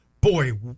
Boy